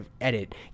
edit